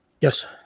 Yes